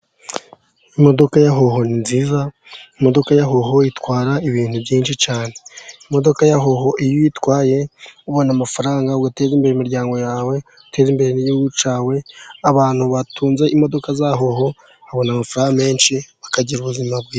Imodoka ya hoho ni nziza, imodoka yahoho itwara ibintu byinshi cyane, imodoka ya hoho iyo uyitwaye ubona amafaranga ugateza imbere imiryango yawe, uteza imbere igihugu cyawe, abantu batunze imodoka za hoho babona amafaranga menshi bakagira ubuzima bwiza.